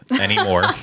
anymore